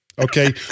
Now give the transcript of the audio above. okay